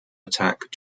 attack